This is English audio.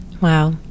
wow